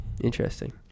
Interesting